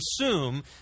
assume